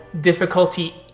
difficulty